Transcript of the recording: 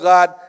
God